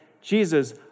Jesus